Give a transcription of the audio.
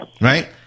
Right